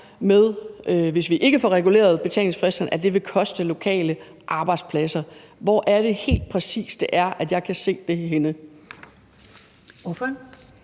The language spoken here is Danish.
med, at hvis vi ikke får reguleret betalingsfristerne, så vil det koste lokale arbejdspladser? Hvor er det helt præcis, at jeg kan se det henne?